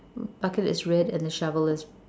bucket is red and then shovel is